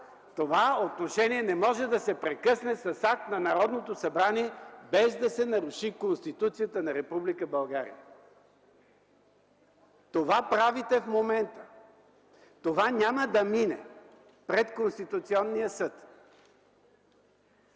Това отношение не може да се прекъсне с акт на Народното събрание, без да се наруши Конституцията на Република България! Това правите в момента, но то няма да мине пред Конституционния съд.